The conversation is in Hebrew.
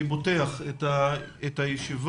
אני פותח את הישיבה,